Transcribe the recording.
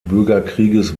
bürgerkrieges